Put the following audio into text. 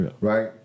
right